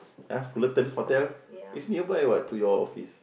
uh Fullerton-Hotel is nearby what to your office